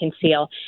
conceal